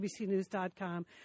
abcnews.com